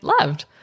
loved